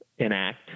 enact